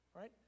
right